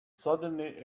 suddenly